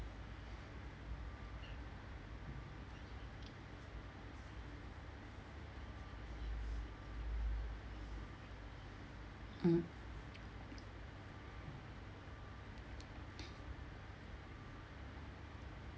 mm